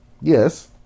yes